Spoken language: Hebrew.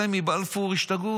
אלה מבלפור ישתגעו.